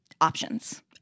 options